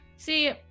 See